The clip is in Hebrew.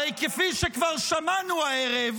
הרי כפי שכבר שמענו הערב,